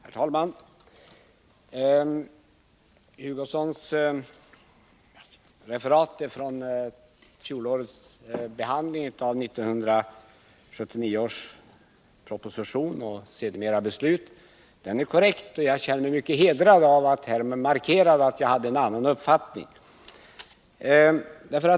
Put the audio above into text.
Herr talman! Kurt Hugossons referat av fjolårets behandling av propositionen och av beslutet är korrekt. Jag känner mig mycket hedrad av att han markerade att jag hade en annan uppfattning.